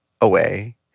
away